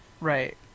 Right